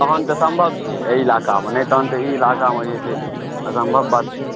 तहन तऽ सम्भव छै एहि ईलाकामे नहि तहन तऽ ई ईलाकामे जे छै से असम्भव बात छै